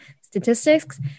statistics